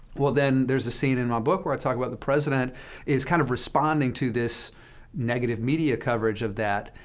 well, then there's a scene in my book where i talk about the president is kind of responding to this negative media coverage of that,